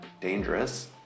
dangerous